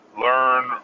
learn